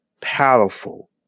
powerful